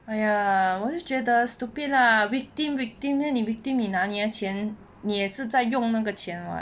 !aiya! 我就觉得 stupid lah victim victim then 你 victim 你拿你的钱你也是在用那个钱 [what]